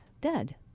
dead